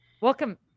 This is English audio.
Welcome